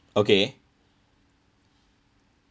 okay